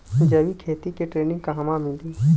जैविक खेती के ट्रेनिग कहवा मिली?